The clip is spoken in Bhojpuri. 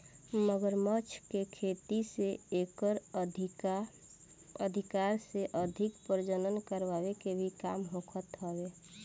मगरमच्छ के खेती से एकर अधिका से अधिक प्रजनन करवाए के भी काम होखत हवे